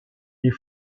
des